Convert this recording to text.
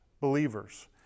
believers